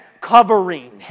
covering